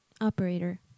Operator